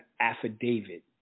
affidavit